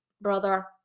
brother